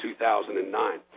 2009